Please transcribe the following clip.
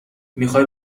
میخوای